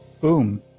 Boom